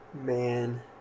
Man